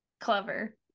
clever